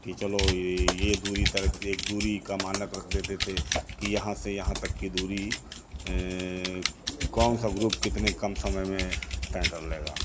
कि चलो ये ये दूरी तरक एक दूरी का मानक रख देते थे कि यहाँ से यहाँ तक की दूरी कौन सा ग्रुप कितने कम समय में तए कर लेगा